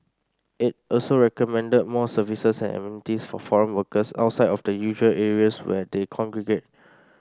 it also recommended more services and amenities for foreign workers outside of the usual areas where they congregate